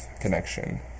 connection